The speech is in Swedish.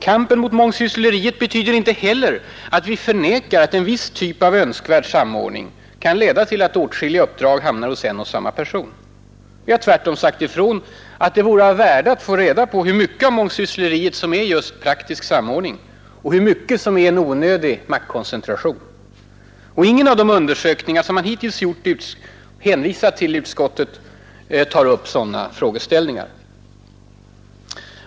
Kampen mot mångsyssleriet betyder inte heller att vi förnekar att en viss typ av önskvärd samordning kan leda till att åtskilliga uppdrag hamnar hos en och samma person. Vi har tvärtom sagt ifrån, att det vore av värde att få reda på hur mycket av mångsyssleriet som är just praktisk samordning och hur mycket som är en onödig maktkoncentration. Ingen av de undersökningar som man hittills hänvisat till i utskottet tar upp sådana frågeställningar.